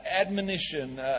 admonition